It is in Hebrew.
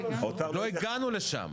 עוד לא הגענו לשם.